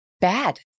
bad